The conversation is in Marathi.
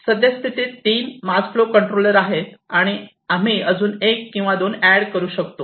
सद्यस्थितीत 3 मास फ्लो कंट्रोलर आहे आणि आम्ही अजून 1 किंवा 2 ऍड करू शकतो